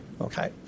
Okay